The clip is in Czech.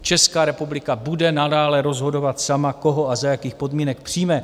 Česká republika bude nadále rozhodovat sama, koho a za jakých podmínek přijme.